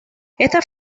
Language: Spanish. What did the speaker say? estas